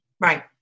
Right